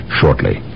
shortly